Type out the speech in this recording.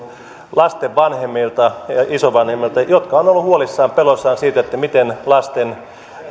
lasten vanhemmilta ja isovanhemmilta jotka ovat olleet huolissaan peloissaan siitä miten lasten